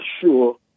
sure